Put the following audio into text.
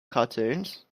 cartoons